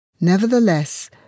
Nevertheless